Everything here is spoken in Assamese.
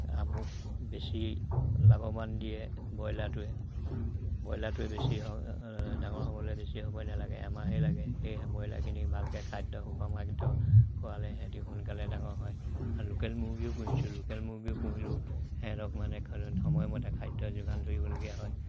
আমুক বেছি লাভৱান দিয়ে ব্ৰইলাৰটোৱে ব্ৰইলাৰটোৱে বেছি ডাঙৰ হ'বলে বেছি সময় নালাগে এমাহেই লাগে সেই ব্ৰইলাৰখিনি ভালকে খাদ্য সুষম খাদ্য খোৱালে সেহেঁতি সোনকালে ডাঙৰ হয় আৰু লোকেল মুৰ্গীও পুহিছোঁ লোকেল মুৰ্গীও পুহিলো সেহেঁতক মানে সময়মতে খাদ্য যোগান ধৰিবলগীয়া হয়